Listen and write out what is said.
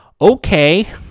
okay